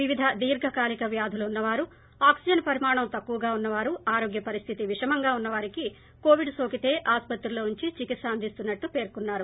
వివిధ దీర్ఘకాలిక వ్యాధులు ఉన్నవారు ఆక్సీజన్ పరిమాణం తక్కువగా ఉన్నవారు ఆరోగ్య పరిస్థితి విషమంగా ఉన్నవారికీ కోవిడ్ సోకితే ఆసుపత్రుల్లో ఉంచి చికిత్స అందిస్తున్నట్టు పేర్కొన్నారు